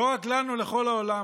לא רק לנו, לכל העולם.